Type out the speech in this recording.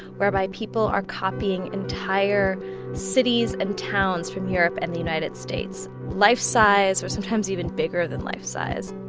whereby people are copying entire cities and towns from europe and the united states. life-size or sometimes even bigger than life-size.